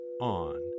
on